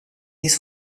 his